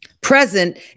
present